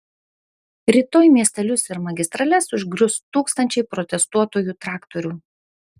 rytoj miestelius ir magistrales užgrius tūkstančiai protestuotojų traktorių